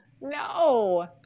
No